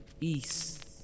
East